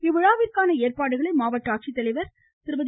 இவ்விழாவிற்கான ஏற்பாடுகளை மாவட்ட ஆட்சித் தலைவர் திருமதி